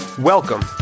Welcome